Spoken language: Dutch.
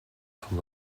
van